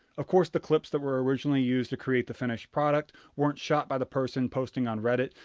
of course the clips that were originally used to create the finished product weren't shot by the person posting on reddit,